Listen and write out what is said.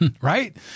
Right